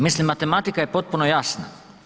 Mislim, matematika je potpuno jasna.